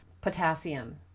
potassium